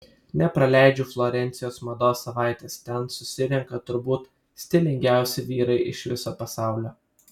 nepraleidžiu florencijos mados savaitės ten susirenka turbūt stilingiausi vyrai iš viso pasaulio